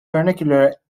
vernacular